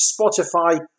Spotify